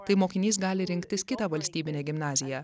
tai mokinys gali rinktis kitą valstybinę gimnaziją